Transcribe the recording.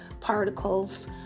particles